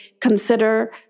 consider